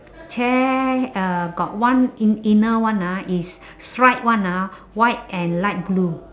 chair uh got one in~ inner one ah is stripe one ah white and light blue